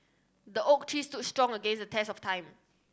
the oak tree stood strong against the test of time